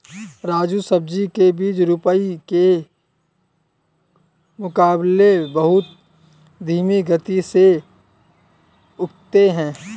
राजू सब्जी के बीज रोपाई के मुकाबले बहुत धीमी गति से उगते हैं